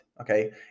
okay